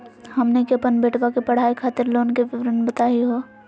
हमनी के अपन बेटवा के पढाई खातीर लोन के विवरण बताही हो?